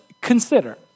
consider